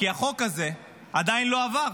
כי החוק הזה עדיין לא עבר,